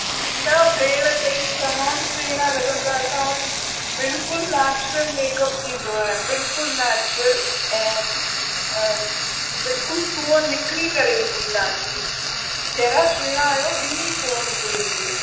न भेण तव्हीं तमामु सुहिणा लॻंदा और बिल्कुलु नैचरल मैक अप थींदव बिल्कुलु नैचरल ऐं बिल्कुलु सूंहं निख़िरी करे ईंदी तव्हांजी जहिड़ा सुहिणा आहियो ॿीणी सूंहं निख़िरी ईंदी